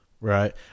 right